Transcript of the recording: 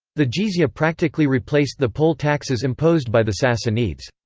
the jizya practically replaced the poll taxes imposed by the sassanids.